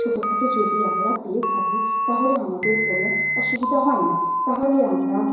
ছোটোখাটো যদি আমরা পেয়ে থাকি তাহলে আমাদের কোনও অসুবিধা হয় না তাহলে আমরা